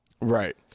Right